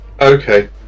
Okay